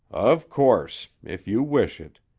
of course. if you wish it.